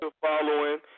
following